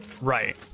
Right